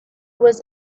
was